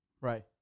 right